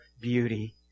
beauty